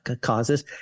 causes